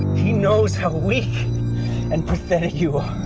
he knows how weak and pathetic you